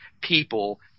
people